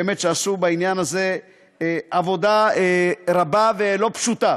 באמת, עשו בעניין הזה עבודה רבה ולא פשוטה